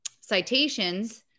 citations